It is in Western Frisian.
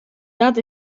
dat